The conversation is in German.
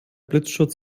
blitzschutz